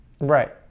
Right